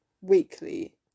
weekly